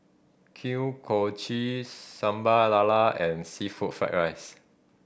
kochi Sambal Lala and seafood fry rice